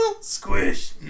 Squish